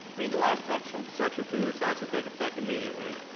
read the last section. section two, this act shall take effect immediately.